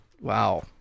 wow